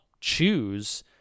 choose